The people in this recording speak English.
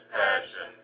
passion